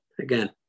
again